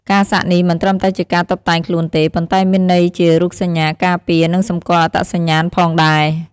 ការសាក់នេះមិនត្រឹមតែជាការតុបតែងខ្លួនទេ ប៉ុន្តែមានន័យជារូបសញ្ញាការពារ និងសម្គាល់អត្តសញ្ញាណផងដែរ។